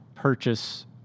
Purchase